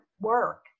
work